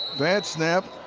bad snap.